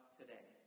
today